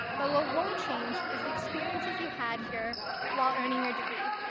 but what won't change is the experiences you had here while earning your degree.